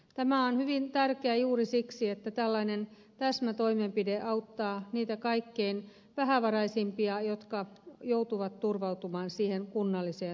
tämä on hyvin tärkeää juuri siksi että tällainen täsmätoimenpide auttaa niitä kaikkein vähävaraisimpia jotka joutuvat turvautumaan kunnalliseen toimeentulotukeen